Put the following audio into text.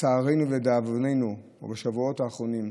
לצערנו ולדאבוננו, ובשבועות האחרונים,